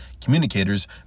communicators